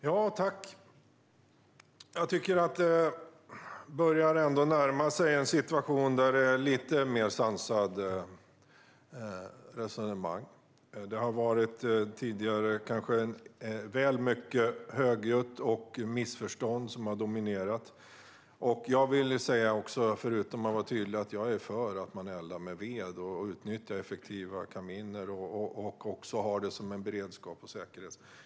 Fru talman! Jag tycker ändå att det börjar närma sig en situation där det är ett lite mer sansat resonemang. Det har tidigare kanske varit väl högljutt, och missförstånd har dominerat. Förutom att vara tydlig vill jag säga: Jag är för att man eldar med ved och utnyttjar effektiva kaminer och också har det som en beredskap och säkerhet.